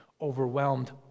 overwhelmed